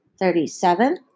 thirty-seven